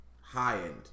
High-end